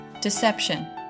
Deception